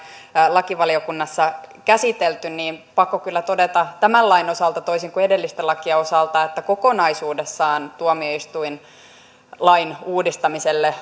lakivaliokunnassa käsitelty on pakko kyllä todeta tämän lain osalta toisin kuin edellisten lakien osalta että kokonaisuudessaan tuomioistuinlain uudistamiselle